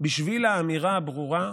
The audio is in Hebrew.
בשביל האמירה הברורה,